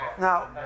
now